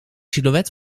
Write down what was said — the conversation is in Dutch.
silhouet